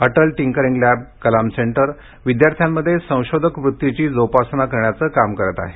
Atal tinkering lab Kalam centre विद्यार्थ्यांमध्ये संशोधक वृत्तीची जोपासना करण्याचं काम करत आहेत